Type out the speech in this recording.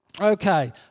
Okay